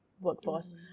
workforce